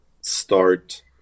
start